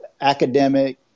academic